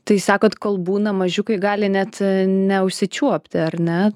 tai sakot kol būna mažiukai gali net neužsičiuopti ar ne